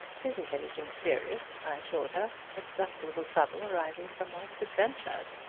it isn't anything serious, i assured her. it's just a little trouble arising from one of his adventures.